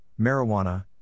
marijuana